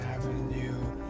Avenue